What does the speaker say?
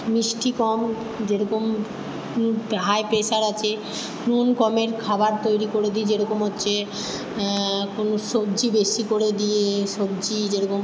মিষ্টি কম যেরকম হাই প্রেশার আছে নুন কমের খাবার তৈরি করে দিই যেরকম হচ্ছে কোনো সবজি বেশি করে দিয়ে সবজি যেরকম